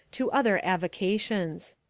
to other avocations.